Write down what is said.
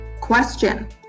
Question